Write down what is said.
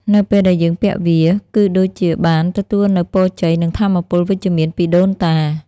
នៅពេលដែលយើងពាក់វា គឺដូចជាបានទទួលនូវ ពរជ័យ និង ថាមពលវិជ្ជមាន ពីដូនតា។